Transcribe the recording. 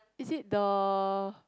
is it the